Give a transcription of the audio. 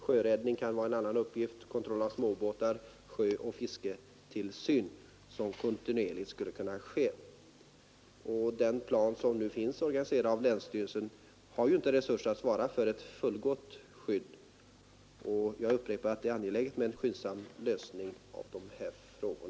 Sjöräddning kan vara en annan uppgift, kontroll av småbåtar, sjöoch fisketillsyn, som kontinuerligt skulle kunna ske. Den plan som nu finns organiserad av länsstyrelsen innehåller inte resurser för ett fullgott skydd. Jag upprepar att det är angeläget med en skyndsam lösning av dessa frågor.